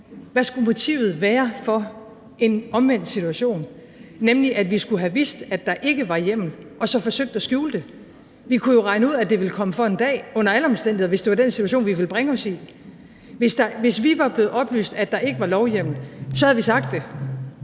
Hvad skulle motivet være for en omvendt situation, nemlig at vi skulle have vidst, at der ikke var hjemmel, og så forsøgt at skjule det? Vi kunne jo regne ud, at det ville komme for en dag, under alle omstændigheder, hvis det var den situation, vi ville bringe os i. Hvis vi var blevet oplyst, at der ikke var lovhjemmel, så havde vi sagt det,